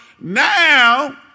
now